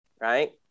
right